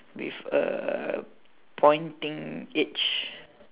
with a pointing edge